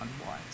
unwise